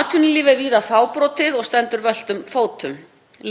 Atvinnulíf er víða fábrotið og stendur völtum fótum.